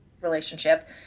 relationship